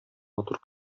матур